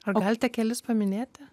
ar galite kelis paminėti